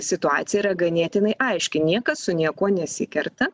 situacija yra ganėtinai aiški niekas su niekuo nesikerta